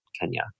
Kenya